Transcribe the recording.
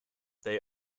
they